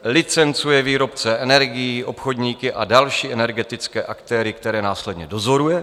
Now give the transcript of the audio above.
Licencuje výrobce energií, obchodníky a další energetické aktéry, které následně dozoruje.